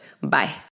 Bye